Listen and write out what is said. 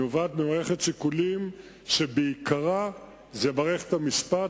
נובעת ממערכת שיקולים שעיקרה הוא מערכת המשפט